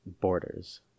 borders